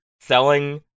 selling